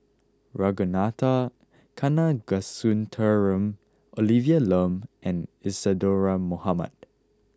Ragunathar Kanagasuntheram Olivia Lum and Isadhora Mohamed